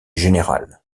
générale